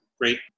great